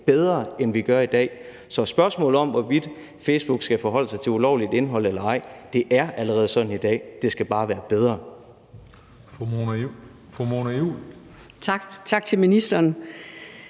bedre, end vi gør i dag. Så til spørgsmålet om, hvorvidt Facebook skal forholde sig til ulovligt indhold eller ej, så er det allerede sådan i dag; det skal bare være bedre.